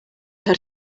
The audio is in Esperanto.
per